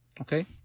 Okay